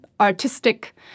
artistic